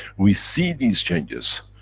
we see these changes,